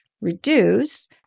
reduce